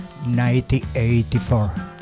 1984